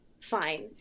Fine